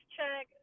Check